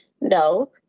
No